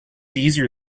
easier